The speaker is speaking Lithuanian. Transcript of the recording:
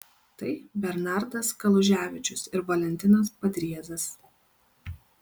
tai bernardas kaluževičius ir valentinas padriezas